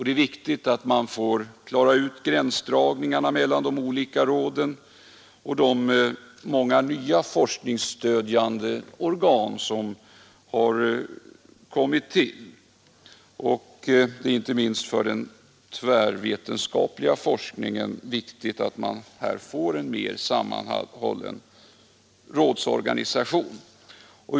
Det är viktigt att man klarar ut gränsdragningarna mellan de olika råden och de många nya forskningsstödjande organ som har kommit till. Inte minst för den tvärvetenskapliga forskningen är det viktigt att vi får en mer sammanhållen rådsorganisation.